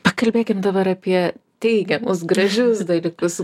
pakalbėkime dabar apie teigiamus gražius dalykus